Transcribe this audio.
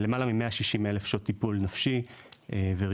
למעלה מ-160 אלף שעות טיפול נפשי ורגשי,